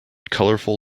colorful